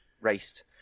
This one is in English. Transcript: raced